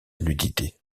nudité